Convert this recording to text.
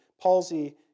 palsy